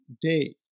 day